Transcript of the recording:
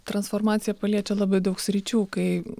transformacija paliečia labai daug sričių kai